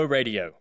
Radio